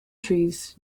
trees